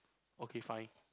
okay fine